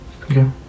Okay